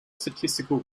statistical